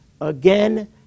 again